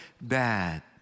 bad